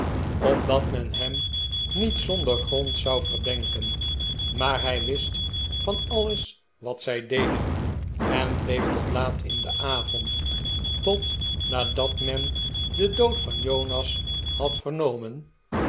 gebruiken opdatmen hem niet zonder grond zou verdenken maar hij wist van alles wat zij deden en bleef tot laat in den avond tot nadat men den dood van jonas had vernomen